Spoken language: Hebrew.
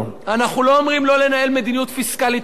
אנחנו לא אומרים לא לנהל מדיניות פיסקלית אחראית.